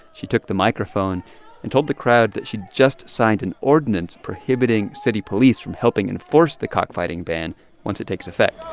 she took the microphone and told the crowd that she'd just signed an ordinance prohibiting city police from helping enforce the cockfighting ban once it takes effect